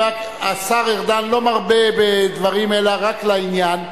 השר ארדן לא מרבה בדברים, אלא רק לעניין.